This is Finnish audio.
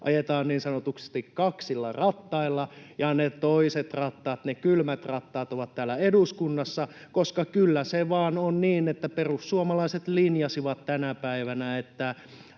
ajetaan niin sanotusti kaksilla rattailla, ja ne toiset rattaat, ne kylmät rattaat, ovat täällä eduskunnassa, koska kyllä se vaan on niin, että perussuomalaiset linjasivat tänä päivänä